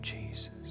Jesus